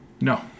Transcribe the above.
No